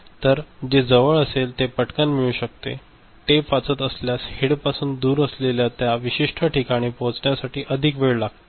तर जे जवळ असेल तर ते पटकन मिळू शकते टेप वाचत असलेल्या हेडपासून दूर असलेल्यास त्या विशिष्ट ठिकाणी पोहोचण्यासाठी अधिक वेळ लागेल